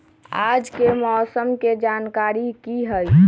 आज के मौसम के जानकारी कि हई?